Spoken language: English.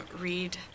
read